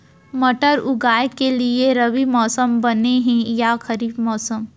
मटर उगाए के लिए रबि मौसम बने हे या खरीफ मौसम?